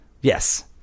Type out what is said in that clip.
Yes